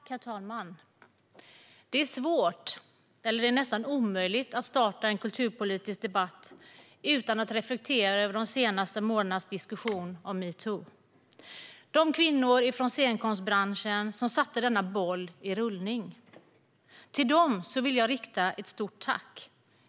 Herr talman! Det är svårt eller nästan omöjligt att starta en kulturpolitisk debatt utan att reflektera över de senaste månadernas diskussion om metoo. Till de kvinnor från scenkonstbranschen som satte denna boll i rullning vill jag rikta ett stort tack.